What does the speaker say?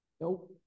Nope